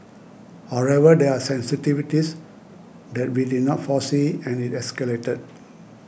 however there are sensitivities that we did not foresee and it escalated